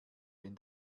wenn